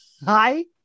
Hi